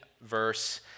verse